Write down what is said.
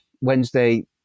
Wednesday